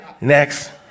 Next